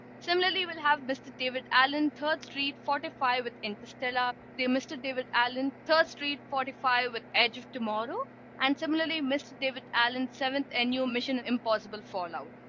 similarly. we'll have mr. david allen third street fortify with interstellar the mr. david allen third street forty five with edge of tomorrow and similarly. mr. david allen seventh. annual mission impossible fall out.